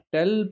Tell